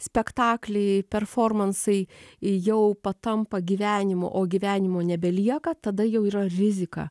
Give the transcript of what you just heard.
spektakliai performansai jau patampa gyvenimu o gyvenimo nebelieka tada jau yra rizika